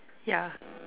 ya